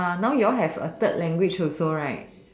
uh now you all have a third language also right